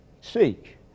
Seek